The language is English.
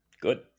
Good